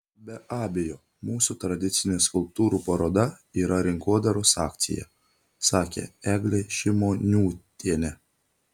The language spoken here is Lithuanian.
be abejo mūsų tradicinė skulptūrų paroda yra rinkodaros akcija sakė eglė šimoniūtienė